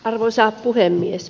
arvoisa puhemies